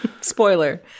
Spoiler